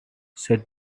said